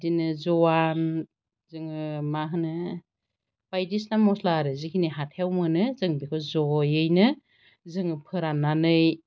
बिदिनो जवान जोङो मा होनो बायदिसिना मस्ला आरो जिखिनि हाथायाव मोनो जों बेखौ जयैनो जों फोरान्नानै